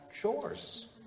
chores